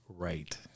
Right